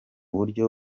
buryo